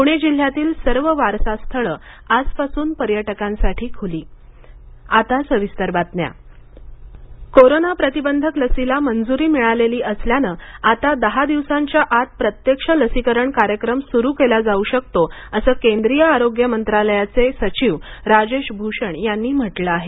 पुणे जिल्ह्यातील सर्व वारसास्थळं आजपासून पर्यटकांसाठी खुली लसीकरण कोरोना प्रतिबंधक लसीला मंजुरी मिळालेली असल्यानं आता दहा दिवासांच्या आत प्रत्यक्ष लसीकरण कार्यक्रम सुरू केला जाऊ शकतो असं केंद्रीय आरोग्य मंत्रालयाचे सचिव राजेश भूषण यांनी म्हटलं आहे